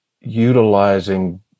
utilizing